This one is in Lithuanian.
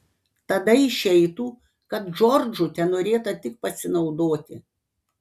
tada išeitų kad džordžu tenorėta tik pasinaudoti